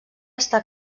està